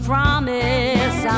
Promise